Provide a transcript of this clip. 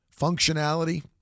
functionality